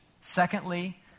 Secondly